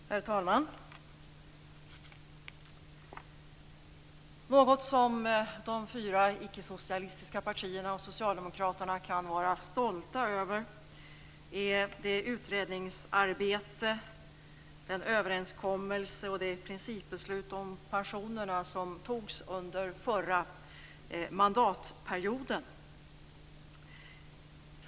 Herr talman! Något som de fyra icke-socialistiska partierna och socialdemokraterna kan vara stolta över är det utredningsarbete, den överenskommelse och det principbeslut om pensionerna som togs under förra mandatperioden.